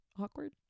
Awkward